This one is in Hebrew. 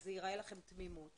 וזה ייראה לכם תמימות.